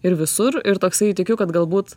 ir visur ir toksai tikiu kad galbūt